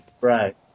Right